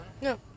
No